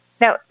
Now